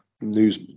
news